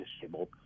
disabled